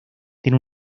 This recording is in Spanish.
tiene